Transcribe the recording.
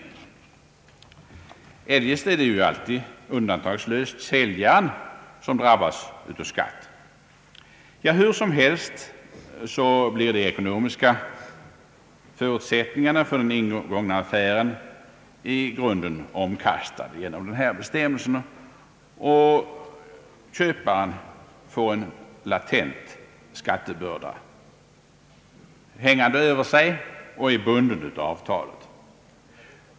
Eljest är det ju alltid undantagslöst den aktuelle säljaren som drabbas av skatten. Hur som helst blir de ekonomiska förutsättningarna för den ingångna affären i grunden omkastade genom dessa bestämmelser, och köparen får en latent skattebörda hängande över sig och är bunden av avtalet.